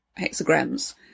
hexagrams